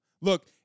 Look